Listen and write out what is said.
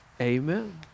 Amen